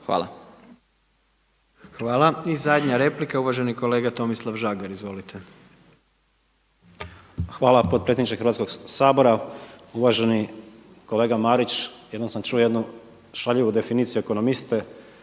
(HDZ)** Hvala. I zadnja replika je uvaženi kolega Tomislav Žagar. Izvolite. **Žagar, Tomislav (Nezavisni)** Hvala potpredsjedniče Hrvatskog sabora. Uvaženi kolega Marić jednom sam čuo jednu šaljivu definiciju ekonomiste